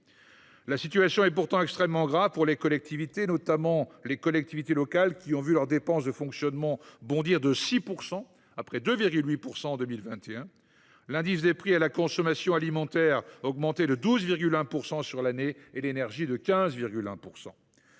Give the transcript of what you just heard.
La situation est pourtant extrêmement grave pour les collectivités locales, qui ont vu leurs dépenses de fonctionnement bondir de 6 %, après 2,8 % en 2021. L’indice des prix à la consommation alimentaire a augmenté de 12,1 % sur l’année et l’énergie de 15,1 %.